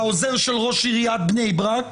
לעוזר של ראש עיריית בני ברק,